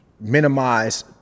minimize